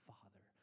Father